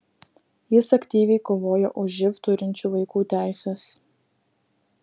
jis aktyviai kovojo už živ turinčių vaikų teises